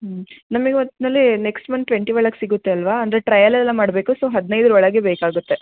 ಹ್ಞೂ ನಮಗೆ ಒಟ್ಟಿನಲ್ಲಿ ನೆಕ್ಟ್ಸ್ ಮಂತ್ ಟ್ವೆಂಟಿ ಒಳಗೆ ಸಿಗುತ್ತೆ ಅಲ್ವಾ ಅಂದರೆ ಟ್ರಯಲ್ ಎಲ್ಲ ಮಾಡಬೇಕು ಸೊ ಹದಿನೈದರ ಒಳಗೆ ಬೇಕಾಗುತ್ತೆ